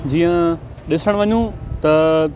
जीअं ॾिसण वञूं त